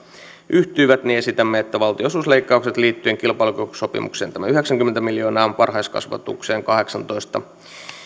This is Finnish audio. yhtyivät esitämme että valtionosuusleikkaukset liittyen kilpailukykysopimukseen tämä yhdeksänkymmentä miljoonaa euroa varhaiskasvatukseen kahdeksantoista pilkku